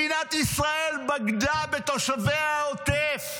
מדינת ישראל בגדה בתושבי העוטף.